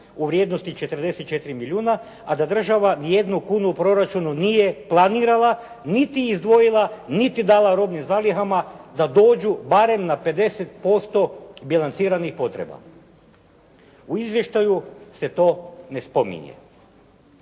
u vrijednosti 44 milijuna, a da država ni jednu kunu u proračunu nije planirala, niti izdvojila, niti dala robnim zalihama da dođu barem na 50% bilanciranih potreba. U izvještaju se to ne spominje.